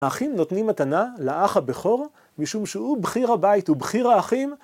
האחים נותנים מתנה לאח הבכור משום שהוא בכיר הבית, ובכיר האחים.